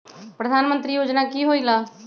प्रधान मंत्री योजना कि होईला?